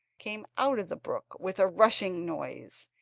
came out of the brook with a rushing noise,